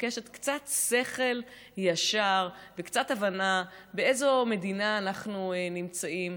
מבקשת קצת שכל ישר וקצת הבנה באיזו מדינה אנחנו נמצאים,